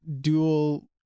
dual